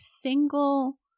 single